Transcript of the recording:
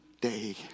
day